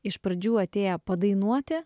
iš pradžių atėję padainuoti